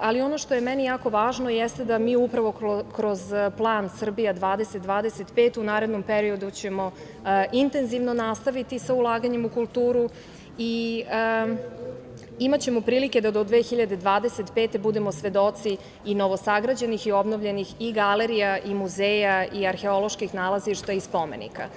ali ono što je meni jako važno, jeste da mi upravo kroz plan Srbija – 2025 u narednom periodu ćemo intenzivno nastaviti sa ulaganjem u kulturu i imaćemo prilike da od 2025. godine budemo svedoci i novosagrađenih i obnovljenih i galerija i muzeja i arheoloških nalazišta i spomenika.